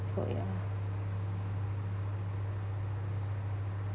so ya